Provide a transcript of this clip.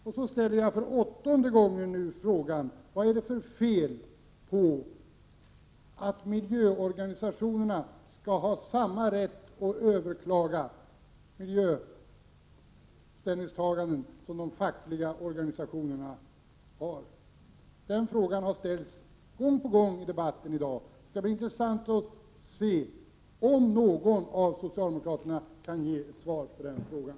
Och så ställer jag för åttonde gången frågan: Vad är det för fel att 75 miljöorganisationerna ges samma rätt att överklaga miljöställningstaganden som de fackliga organisationerna har? Den frågan har ställts gång på gång i debatten i dag. Det skall bli intressant att se om någon av socialdemokraterna kan ge ett svar.